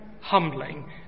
humbling